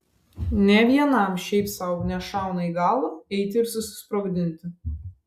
nė vienam šiaip sau nešauna į galvą eiti ir susisprogdinti